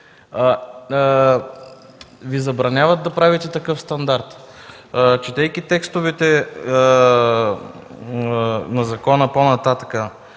Ви забраняват да правите такъв стандарт. Четейки текстовете на закона по-нататък,